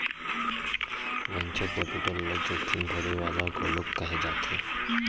venture capital ल जोखिम भरे वाले घलोक कहे जाथे